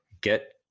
get